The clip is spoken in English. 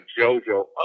JoJo